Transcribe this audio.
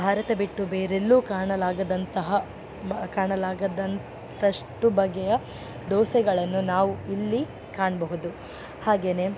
ಭಾರತ ಬಿಟ್ಟು ಬೇರೆಲ್ಲೂ ಕಾಣಲಾಗದಂತಹ ಕಾಣಲಾಗದಂಥಷ್ಟು ಬಗೆಯ ದೋಸೆಗಳನ್ನು ನಾವು ಇಲ್ಲಿ ಕಾಣಬಹುದು ಹಾಗೆಯೇ